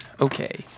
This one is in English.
Okay